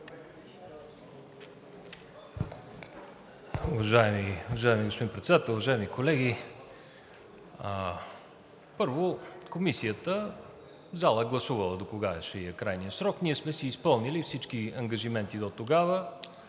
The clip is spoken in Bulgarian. Уважаеми господин Председател, уважаеми колеги! Първо, Комисията в залата е гласувала докога ще е крайният ѝ срок. Ние сме си изпълнили всички ангажименти дотогава